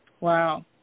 Wow